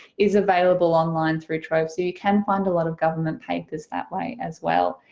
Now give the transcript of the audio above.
is available online through trove. so you can find a lot of government papers that way as well.